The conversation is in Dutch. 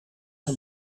een